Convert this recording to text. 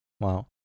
wow